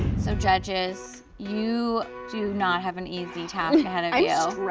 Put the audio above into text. so judges you do not have an easy task ahead yeah